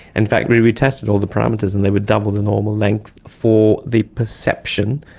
and fact we retested all the parameters and they would double the normal length for the perception,